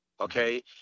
Okay